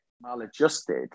maladjusted